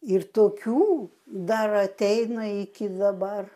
ir tokių dar ateina iki dabar